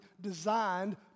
designed